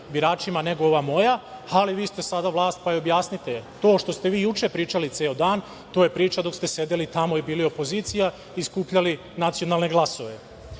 biračima nego ova moja, ali vi ste sada vlast, pa objasnite to što ste vi juče pričali ceo dan, to je priča dok ste sedeli tamo i bili opozicija i skupljali nacionalne glasove. Ono